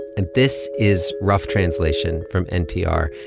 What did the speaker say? and this is rough translation from npr.